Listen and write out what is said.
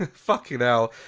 ah fucking hell